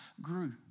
grew